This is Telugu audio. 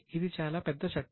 ఇది చాలా పెద్ద చట్టం